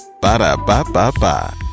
Ba-da-ba-ba-ba